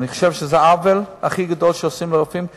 ואני חושב שזה עוול הכי גדול שעושים לרופאים,